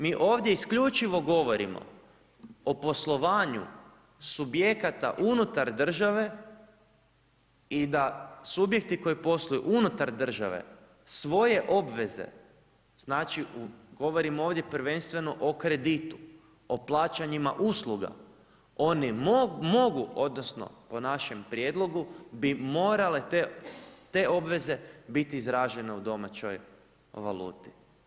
Mi ovdje isključivo govorimo o poslovanju subjekata unutar države i da subjekti koji posluju unutar države svoje obveze, znači govorim ovdje prvenstveno o kreditu, o plaćanjima usluga, oni mogu odnosno po našem prijedlogu bi morale te obveze biti izražene u domaćoj valuti.